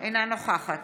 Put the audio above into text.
אינה נוכחת